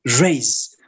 raise